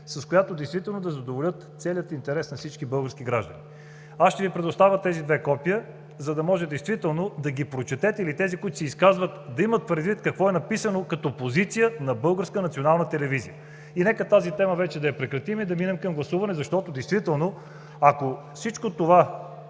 да задоволят целия интерес на всички български граждани. Аз ще Ви предоставя тези две копия, за да може действително да ги прочетете или тези, които се изказват да имат предвид какво е написано като позиция на Българската национална телевизия. Нека тази тема вече да я прекратим и да минем към гласуване, защото действително, ако всичко това